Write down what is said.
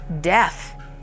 death